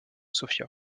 sofia